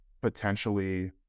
potentially